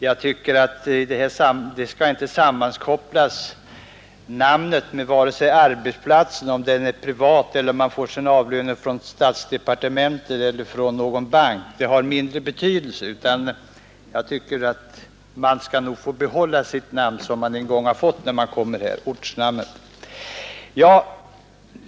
Man bör enligt min mening inte heller göra detta, vare sig det är fråga om privat anställning eller statlig tjänst — den saken har ju mindre betydelse i detta sammanhang. Jag tycker att ledamöterna skall få behålla den beteckning med ortnamn som de en gång har fått, när de kom hit till riksdagen.